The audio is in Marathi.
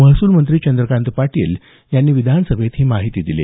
महसूलमंत्री चंद्रकांत पाटील यांनी विधानसभेत ही माहिती दिली